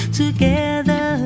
together